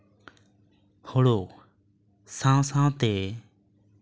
ᱦᱳᱲᱳ ᱥᱟᱶ ᱥᱟᱶᱛᱮ